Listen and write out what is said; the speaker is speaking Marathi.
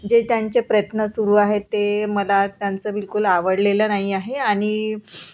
जे त्यांचे प्रयत्न सुरू आहे ते मला त्यांचं बिलकुल आवडलेलं नाही आहे आणि